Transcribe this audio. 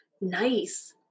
nice